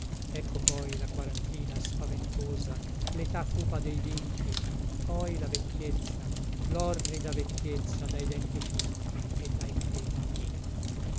ecco poi la quarantina spaventosa letà cupa dei vinti poi la vecchiezza lorrida vecchiezza dai denti finti e dai capelli tinti